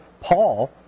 Paul